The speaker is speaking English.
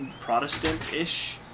Protestant-ish